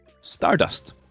stardust